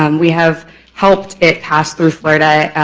and we have helped it pass through florida,